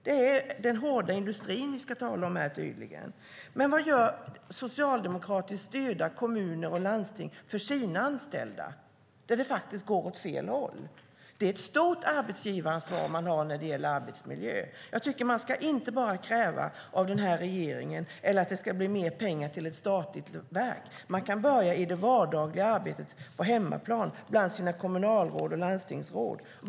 Det är tydligen den hårda industrin som vi ska tala om här. Men vad gör socialdemokratiskt styrda kommuner och landsting där det faktiskt går åt fel håll för sina anställda. Det är ett stort arbetsgivaransvar man har när det gäller arbetsmiljön. Jag tycker att man inte bara ska kräva av denna regering att det ska bli mer pengar till ett statligt verk. Man kan börja i det vardagliga arbetet på hemmaplan bland sina kommunalråd och landstingsråd.